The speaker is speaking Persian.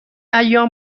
ایام